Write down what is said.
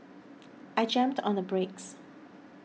I jammed on the brakes